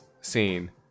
Scene